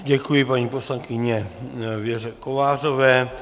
Děkuji paní poslankyni Věře Kovářové.